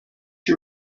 you